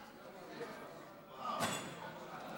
הפועלות באזור),